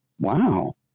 Wow